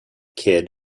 kid